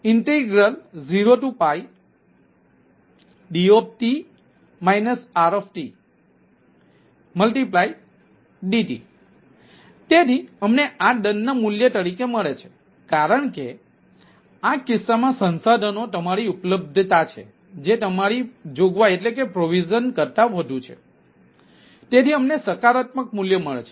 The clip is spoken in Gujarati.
તેથી અમને આ દંડના મૂલ્ય તરીકે મળે છે કારણ કે આ કિસ્સામાં સંસાધનો તમારી ઉપલબ્ધતા છે જે તમારી જોગવાઈ કરતા વધુ છે તેથી અમને સકારાત્મક મૂલ્ય મળે છે